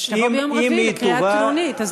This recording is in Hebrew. אז שתובא ביום רביעי לקריאה טרומית.